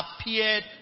appeared